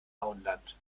auenland